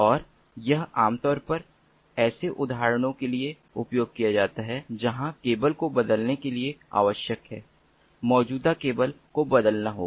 और यह आम तौर पर ऐसे उदाहरणों के लिए उपयोग किया जाता है जहां केबल को बदलने के लिए आवश्यक है मौजूदा केबल को बदलना होगा